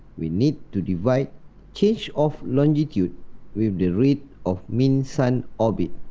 we need to divide change of longitude with the rate of mean sun orbit.